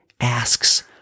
asks